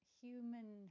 human